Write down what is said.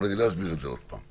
אבל אני לא אסביר את זה עוד פעם.